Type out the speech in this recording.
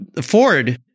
Ford